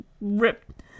ripped